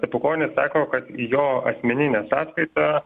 stepukonis sako kad į jo asmeninę sąskaitą